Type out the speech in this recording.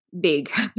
big